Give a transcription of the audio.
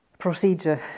procedure